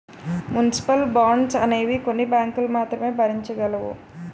municipal bonds అనేవి కొన్ని బ్యాంకులు మాత్రమే భరించగలవు